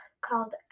called